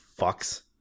fucks